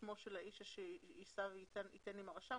שמו של האיש אשר יישא וייתן עם הרשם.